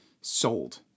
sold